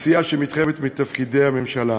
עשייה שמתחייבת מתפקידי הממשלה,